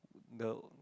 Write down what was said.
the